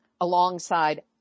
alongside